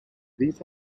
these